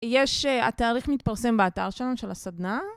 יש, התאריך מתפרסם באתר שלנו, של הסדנה